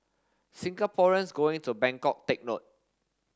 Singaporeans going to Bangkok take note